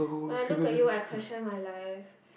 when I look at you I question my life